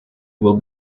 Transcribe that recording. will